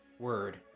word